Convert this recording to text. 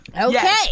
Okay